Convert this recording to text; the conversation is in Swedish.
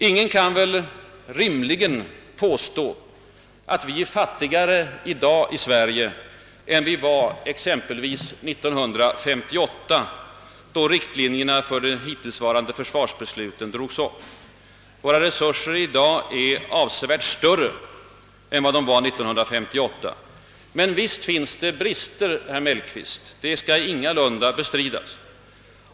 Ingen kan väl rimligen påstå att vi är fattigare i dag i Sverige än vi var exempelvis 1958, då riktlinjerna för de hittillsvarande försvarsbesluten drogs upp. Nej, våra resurser i dag är avsevärt större än de var då. Men visst finns det brister, herr Mellqvist — det skall ingalunda bestridas.